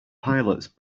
pilots